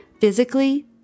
physically